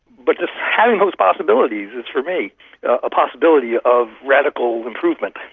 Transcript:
but just having those possibilities is for me a possibility of radical improvement.